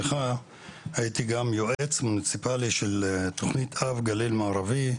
הייתי גם יועץ מוניציפלי של תכנית אב גליל מערבי.